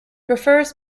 prefers